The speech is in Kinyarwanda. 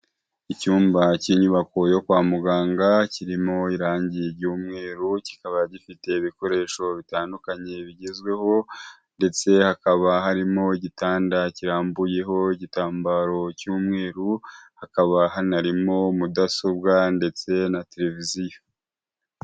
Icyumba cy'inyubako yo kwa muganga, kirimo irangi ry'umweru, kikaba gifite ibikoresho bitandukanye bigezweho ndetse hakaba harimo igitanda kirambuyeho igitambaro cy'umweru, hakaba hanarimo mudasobwa ndetse na televiziyo.